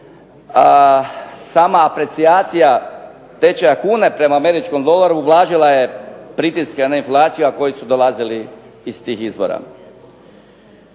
Sama aprecijacija tečaja kune prema američkom dolaru ublažila je pritiske koji su dolazili iz tih izvora.